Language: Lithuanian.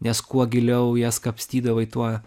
nes kuo giliau jas kapstydavai tuo